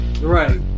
Right